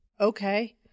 Okay